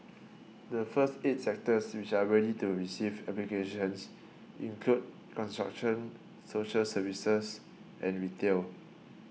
the first eight sectors which are ready to receive applications include construction social services and retail